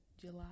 July